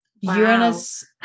Uranus